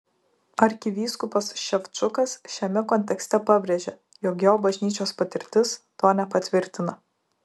arkivyskupas ševčukas šiame kontekste pabrėžė jog jo bažnyčios patirtis to nepatvirtina